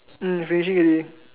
mm finishing already